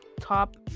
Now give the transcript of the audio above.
top